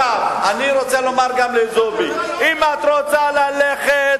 אני רוצה לומר גם לזועבי: אם את רוצה ללכת,